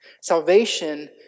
Salvation